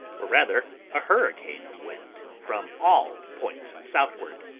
or rather a hurricane of wind from all the points southward,